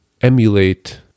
emulate